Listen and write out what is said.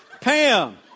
Pam